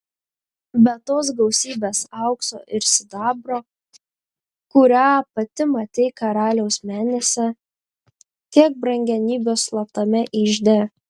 be tos gausybės aukso ir sidabro kurią pati matei karaliaus menėse kiek brangenybių slaptame ižde